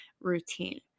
routine